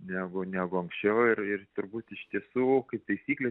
negu negu anksčiau ir ir turbūt iš tiesų kaip taisyklė